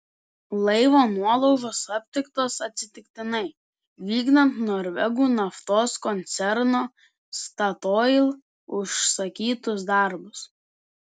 laivo nuolaužos aptiktos atsitiktinai vykdant norvegų naftos koncerno statoil užsakytus darbus